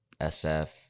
sf